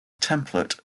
template